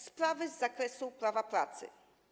Sprawy z zakresu prawa pracy.